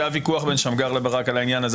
שהיה ויכוח בין שמגר לברק על העניין הזה,